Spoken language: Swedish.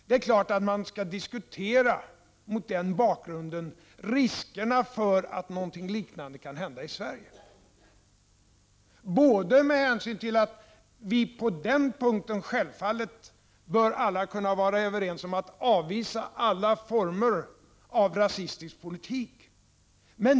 Det är klart att man mot den bakgrunden skall diskutera riskerna för att någonting liknande kan hända i Sverige. Alla bör vi kunna vara överens om att avvisa alla former av rasistisk politik.